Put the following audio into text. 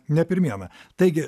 ne pirmiena taigi